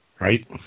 right